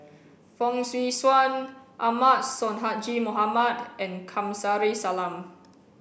Fong Swee Suan Ahmad Sonhadji Mohamad and Kamsari Salam